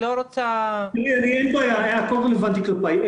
אין בעיה, הכול רלוונטי כלפיי.